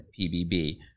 PBB